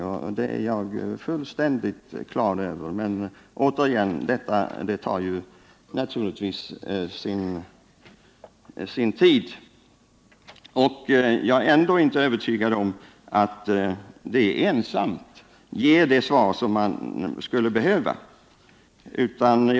Naturligtvis är jag fullständigt på det klara med att detta är utomordentligt värdefullt, men en sådan faktainsamling tar tid, och jag är inte övertygad om att den ensam ger de svar som man skulle vilja ha i ett sådant sammanhang.